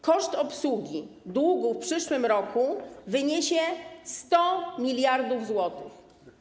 Koszt obsługi długu w przyszłym roku wyniesie 100 mld zł.